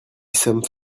sommes